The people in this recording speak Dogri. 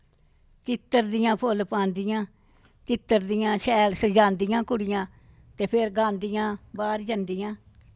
चित्तरदियां फुल्ल पांदियां चित्तरदियां शैल सजांदियां कुड़ियां ते फिर गांदियां बाह्र जंदियां